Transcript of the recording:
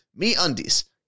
MeUndies